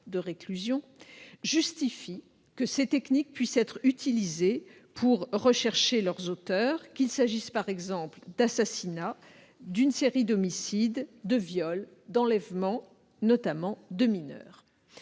de réclusion criminelle, justifie que ces techniques soient utilisées pour rechercher leurs auteurs, qu'il s'agisse par exemple d'assassinats, d'une série d'homicides, de viols ou d'enlèvements, notamment de mineurs.